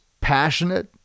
passionate